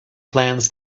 plants